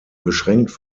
beschränkt